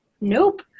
Nope